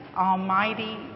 almighty